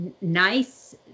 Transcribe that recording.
nice